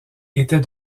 était